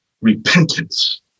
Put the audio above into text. repentance